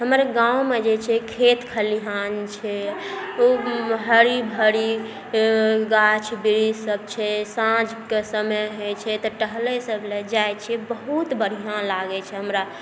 हमर गाँवमे जे छै खेत खलिहान छै ओ भी हरी भरी गाछ वृक्ष सब छै साँझके समय होइ छै तऽ टहलैलए सब जाइ छी बहुत बढ़िआँ लागै छै हमरा